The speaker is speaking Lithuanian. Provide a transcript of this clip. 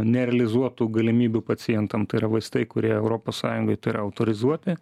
nerealizuotų galimybių pacientam tai yra vaistai kurie europos sąjungoj tai yra autorizuoti